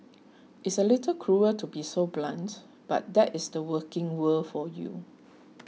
it's a little cruel to be so blunt but that is the working world for you